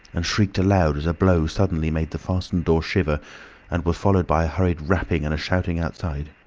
and shrieked aloud as a blow suddenly made the fastened door shiver and was followed by a hurried rapping and a shouting outside.